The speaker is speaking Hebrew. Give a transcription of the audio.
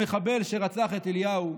המחבל שרצח את אליהו,